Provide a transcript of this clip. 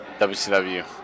WCW